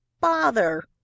Bother